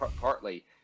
partly